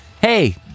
Hey